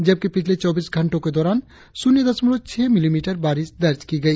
जबकि पिछले चौबीस घंटो के दौरान शून्य दशमलव छह मिलीमीटर बारिस दर्ज की गई